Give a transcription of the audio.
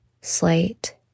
slate